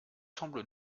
semble